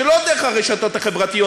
שלא דרך הרשתות החברתיות,